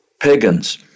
Pagans